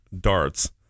darts